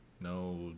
No